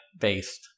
based